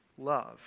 love